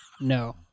No